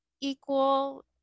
equal